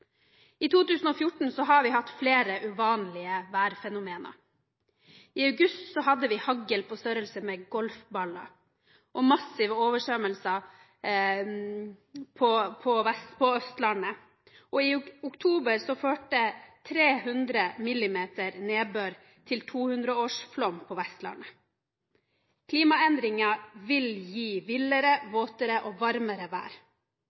I 2014 har vi hatt flere uvanlige værfenomener. I august hadde vi hagl på størrelse med golfballer og massive oversvømmelser på Østlandet. Og i oktober førte 300 mm nedbør til 200-årsflom på Vestlandet. Klimaendringene vil gi villere, våtere og varmere vær.